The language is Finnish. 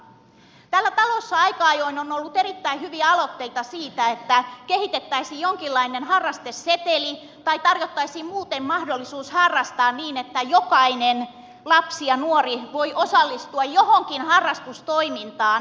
täällä talossa aika ajoin on ollut erittäin hyviä aloitteita siitä että kehitettäisiin jonkinlainen harrasteseteli tai tarjottaisiin muuten mahdollisuus harrastaa niin että jokainen lapsi ja nuori voi osallistua johonkin harrastustoimintaan